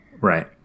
Right